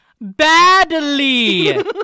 Badly